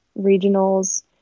regionals